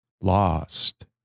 Lost